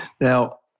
Now